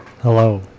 Hello